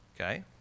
Okay